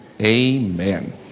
Amen